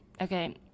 okay